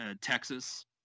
Texas